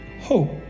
hope